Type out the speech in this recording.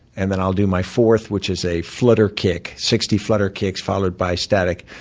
and then i'll do my fourth, which is a flutter kick sixty flutter kicks, followed by static.